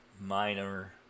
minor